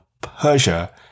Persia